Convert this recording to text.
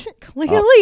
Clearly